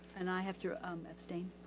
and i have to um abstain.